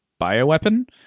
bioweapon